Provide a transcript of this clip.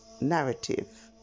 narrative